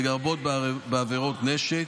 לרבות בעבירות נשק.